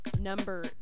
number